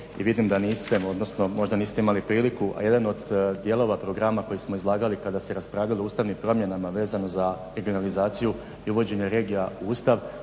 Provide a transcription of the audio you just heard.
i vidim da niste, odnosno možda niste imali priliku, a jedan od dijelova programa koji smo izlagali kada se raspravljalo o ustavnim promjenama vezano za … i uvođenje regija u Ustav,